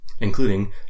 including